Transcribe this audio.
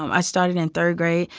um i started in third grade.